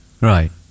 Right